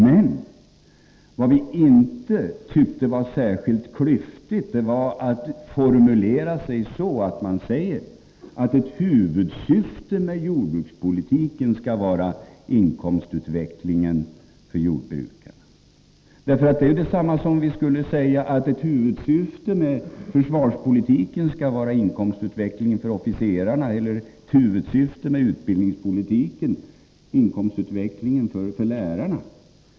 Men vi tyckte inte att det var särskilt klyftigt att formulera sig så, att ett huvudsyfte med jordbrukspolitiken skall vara inkomstutvecklingen för jordbrukarna. Det vore detsamma som att säga att ett huvudsyfte med försvarspolitiken skall vara inkomstutvecklingen för officerarna eller att ett huvudsyfte med utbildningspolitiken skall vara inkomstutvecklingen för lärarna.